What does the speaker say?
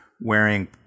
wearing